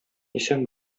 исән